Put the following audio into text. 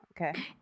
Okay